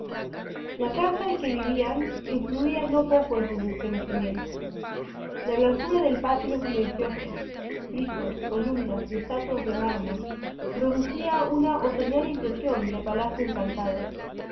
la casa en que vivían influía no poco en sus estremecimientos la blancura del patio silencioso frisos columnas y estatuas de mármol producía una otoñal impresión de palacio encantado